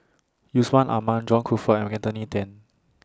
Yusman Aman John Crawfurd and Anthony Then